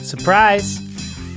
surprise